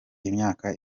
imyaka